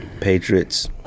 Patriots